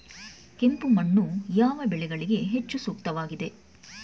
ಕೆಂಪು ಮಣ್ಣು ಯಾವ ಬೆಳೆಗಳಿಗೆ ಹೆಚ್ಚು ಸೂಕ್ತವಾಗಿದೆ?